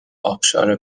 ابشار